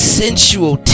sensual